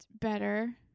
better